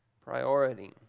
priority